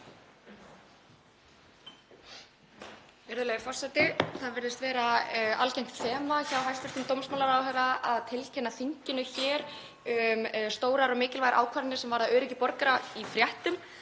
Það virðist vera algengt þema hjá hæstv. dómsmálaráðherra að tilkynna þinginu stórar og mikilvægar ákvarðanir sem varða öryggi borgara í fréttum.